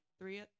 three